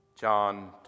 John